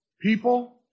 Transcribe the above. People